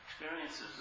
Experiences